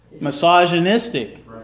misogynistic